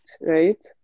right